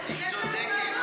אתה אחריו.